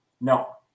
No